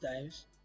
times